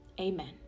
amen